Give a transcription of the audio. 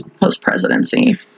post-presidency